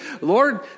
Lord